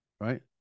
Right